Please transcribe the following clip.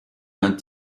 d’un